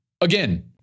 Again